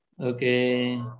okay